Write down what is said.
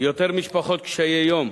יותר משפחות של קשי-יום.